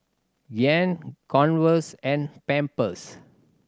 Giant Converse and Pampers